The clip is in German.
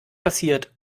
passiert